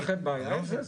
יש לכם בעיה עם זה?